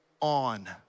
on